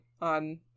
on